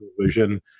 vision